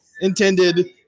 intended